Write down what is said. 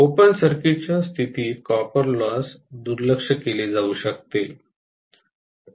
open सर्किटच्या स्थितीखाली copper loss दुर्लक्ष केले जाऊ शकते